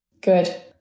Good